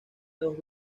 dos